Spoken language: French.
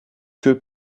queue